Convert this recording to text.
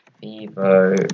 Vivo